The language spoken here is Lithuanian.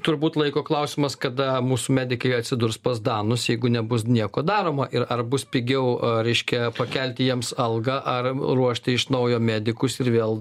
turbūt laiko klausimas kada mūsų medikai atsidurs pas danus jeigu nebus nieko daroma ir ar bus pigiau reiškia pakelti jiems algą ar ruošti iš naujo medikus ir vėl